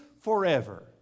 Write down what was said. forever